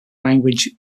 language